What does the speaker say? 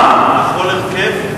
בכל הרכב.